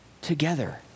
together